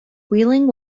wheeling